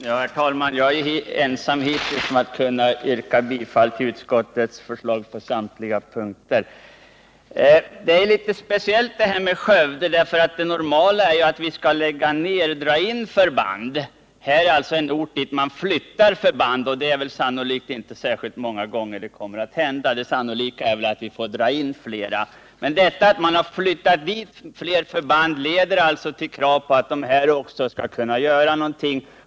Herr talman! Jag är hittills ensam om att kunna yrka bifall till utskottets hemställan på samtliga punkter. Skövde är litet speciellt. Det normala är ju att vi lägger ned och drar in förband. Här flyttar vi enheter till en ort, vilket sannolikt inte kommer att hända många gånger. Det troliga är väl att vi får dra in flera förband. Att flera skolor flyttas till Skövde leder till krav på att de också skall kunna uträtta någonting.